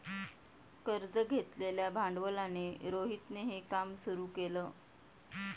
कर्ज घेतलेल्या भांडवलाने रोहितने हे काम सुरू केल